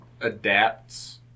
adapts